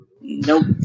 Nope